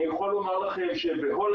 אני יכול לומר לכם שבהולנד,